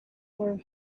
were